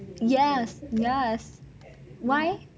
yes yes why